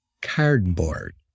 cardboard